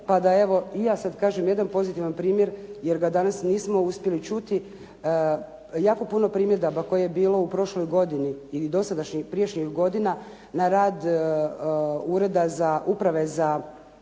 pa da evo i ja sad kažem jedan pozitivan primjer, jer ga danas nismo uspjeli čuti. Jako puno primjedaba koje je bilo u prošloj godini i dosadašnjih, prijašnjih godina na rad Ureda za Uprave za